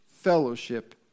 fellowship